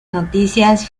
noticias